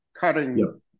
cutting